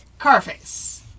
Carface